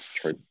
true